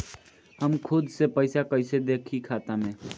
हम खुद से पइसा कईसे देखी खाता में?